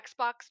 Xbox